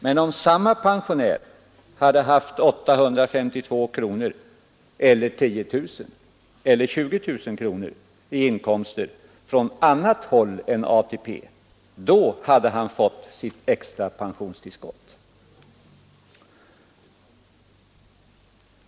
Men om samma pensionär hade haft 852 kronor, 10 000 kronor eller 20 000 kronor i inkomst från annat håll hade han fått ett extra pensionstillskott.